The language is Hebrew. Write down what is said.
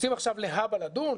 רוצים עכשיו להבא לדון,